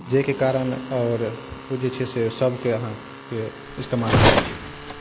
जाहिके कारण आओर ओ जे छै सबके अहाँके इस्तेमाल करै छै